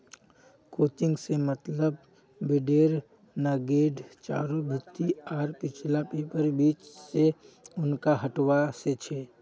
crutching से मतलब भेडेर नेंगड चारों भीति आर पिछला पैरैर बीच से ऊनक हटवा से छ